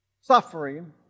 suffering